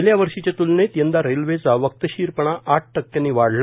गेल्या वर्षीच्या तुलनेत यंदा रेल्वेचा वक्तशिरपणा आठ टक्क्यांनी वाढला